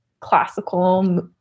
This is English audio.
classical